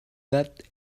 that